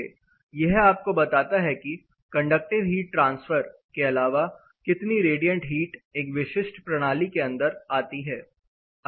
यह आपको बताता है कि कंडक्टिव हीट ट्रांसफर के अलावा कितनी रेडिएंट हीट एक विशिष्ट प्रणाली के अंदर आती है